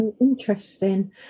Interesting